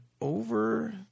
over